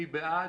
מי בעד?